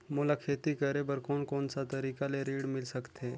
मोला खेती करे बर कोन कोन सा तरीका ले ऋण मिल सकथे?